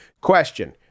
Question